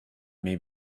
may